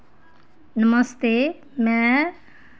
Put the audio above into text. नमस्ते में